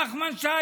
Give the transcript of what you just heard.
נחמן שי,